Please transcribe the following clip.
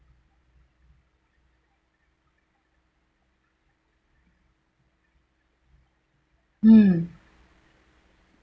mm